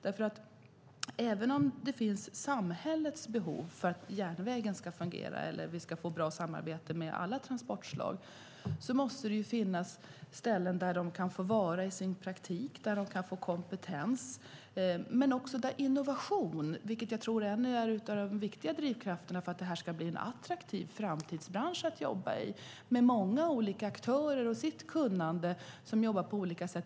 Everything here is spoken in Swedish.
Även om samhället har behov av att järnvägen ska fungera eller att vi ska ha bra samarbete med alla transportslag måste det finnas ställen där man får vara i sin praktik och där man kan få kompetens. Men det är också fråga om innovation, som jag tror är en av de viktiga drivkrafterna för att det här ska bli en attraktiv framtidsbransch att jobba i, med många olika aktörer som med sitt kunnande jobbar på olika sätt.